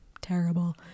terrible